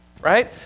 right